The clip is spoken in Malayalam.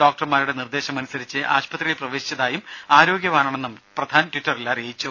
ഡോക്ടർമാരുടെ നിർദേശമനുസരിച്ച് ആശുപത്രിയിൽ പ്രവേശിച്ചതായും ആരോഗ്യവാനാണെന്നും പ്രധാൻ ട്വിറ്ററിൽ അറിയിച്ചു